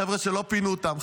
חבר'ה שלא פינו אותם,